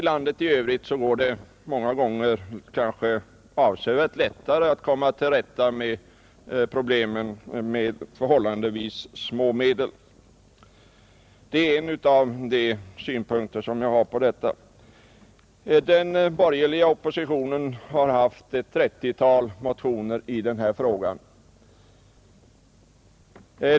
I landet i övrigt går det kanske många gånger avsevärt lättare att klara problemen med förhållandevis små medel, Det är en av de synpunkter jag har i detta sammanhang. Den borgerliga oppositionen har väckt ett trettiotal motioner i denna fråga.